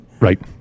Right